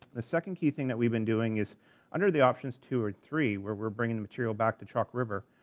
the second key thing that we've been doing is under the options two, or three, where we're bringing the material back to chalk river,